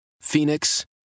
Phoenix